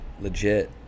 legit